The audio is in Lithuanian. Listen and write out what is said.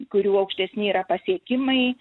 kurių aukštesni yra pasiekimai